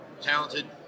Talented